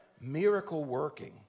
miracle-working